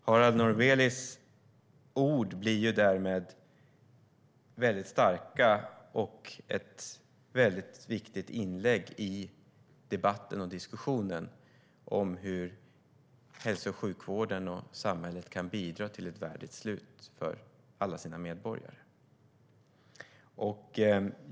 Harald Norbelies ord blir därmed väldigt starka och ett viktigt inlägg i debatten och diskussionen om hur hälso och sjukvården och samhället kan bidra till ett värdigt slut för alla sina medborgare.